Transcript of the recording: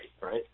right